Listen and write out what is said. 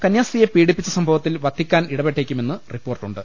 കന്യാസ്ത്രീയെ പീഡിപ്പിച്ച സംഭവത്തിൽ വത്തിക്കാൻ ഇട പെട്ടേക്കുമെന്ന് റിപ്പോർട്ടുണ്ട്